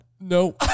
No